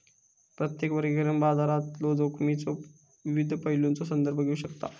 प्रत्येक वर्गीकरण बाजारातलो जोखमीच्यो विविध पैलूंचो संदर्भ घेऊ शकता